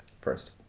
first